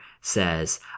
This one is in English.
says